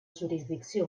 jurisdicció